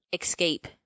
escape